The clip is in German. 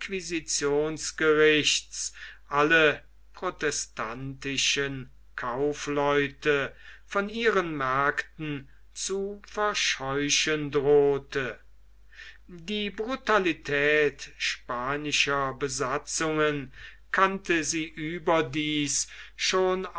inquisitionsgerichts alle protestantischen kaufleute von ihren märkten zu verscheuchen drohte die brutalität spanischer besatzungen kannte sie überdies schon